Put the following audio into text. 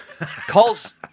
calls